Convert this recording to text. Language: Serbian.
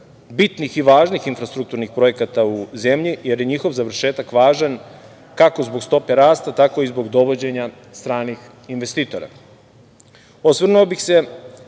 bitnih i važnih infrastrukturnih projekata u zemlji, jer je njihov završetak važan, kako zbog stope rasta, tako i zbog dovođenja stranih investitora. Osvrnuo bih se